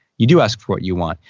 you do ask what you want.